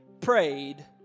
prayed